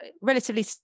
relatively